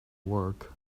work